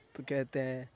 تو کہتے ہیں